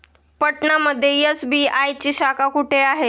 पटना मध्ये एस.बी.आय ची शाखा कुठे आहे?